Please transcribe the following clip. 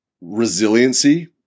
resiliency